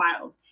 wild